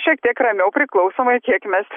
šiek tiek ramiau priklausomai kiek mes